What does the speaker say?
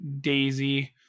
Daisy